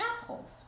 assholes